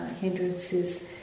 hindrances